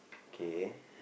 K